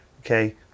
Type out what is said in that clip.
Okay